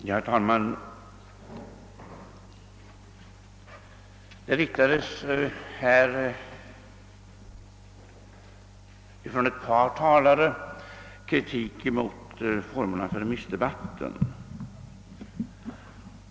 Herr talman! Ett par talare har riktat kritik mot formerna för remissdebatten.